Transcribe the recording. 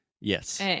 Yes